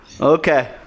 okay